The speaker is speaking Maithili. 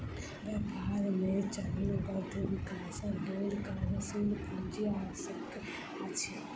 व्यापार मे चरणबद्ध विकासक लेल कार्यशील पूंजी आवश्यक अछि